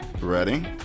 Ready